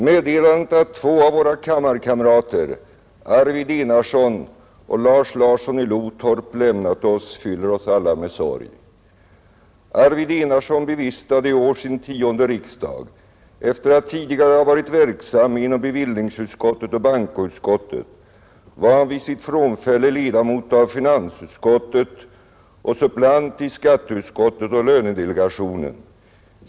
Meddelandet att två av våra kammarkamrater, Arvid Enarsson och Lars Larsson i Lotorp, lämnat oss fyller oss alla med sorg. Arvid Enarsson bevistade i år sin tionde riksdag. Efter att tidigare ha varit verksam inom bevillningsutskottet och bankoutskottet var han vid sitt frånfälle ledamot av finansutskottet och suppleant i skatteutskottet och lönedelegationen.